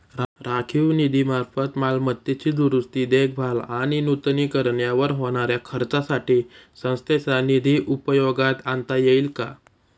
राखीव निधीमार्फत मालमत्तेची दुरुस्ती, देखभाल आणि नूतनीकरण यावर होणाऱ्या खर्चासाठी संस्थेचा निधी उपयोगात आणता येईल का?